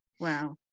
Wow